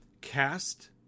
cast